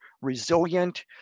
resilient